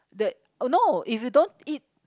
that uh no if you don't eat